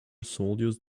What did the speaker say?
soldiers